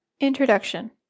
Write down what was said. INTRODUCTION